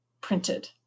printed